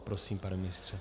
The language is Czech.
Prosím, pane ministře.